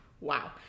Wow